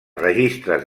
registres